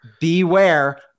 Beware